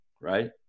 right